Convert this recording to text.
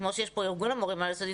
כמו שיש פה ארגון המורים העל יסודי,